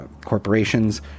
corporations